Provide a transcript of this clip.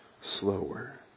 slower